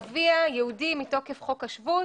אביה יהודי מתוקף חוק השבות.